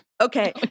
okay